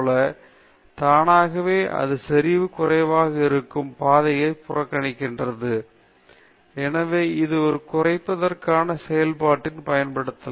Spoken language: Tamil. எனவே தானாகவே அது செறிவு குறைவாக இருக்கும் பாதைகளை புறக்கணிக்கிறது எனவே இது ஒரு குறைப்பதற்கான செயல்பாட்டிற்கு பயன்படுத்தப்படலாம்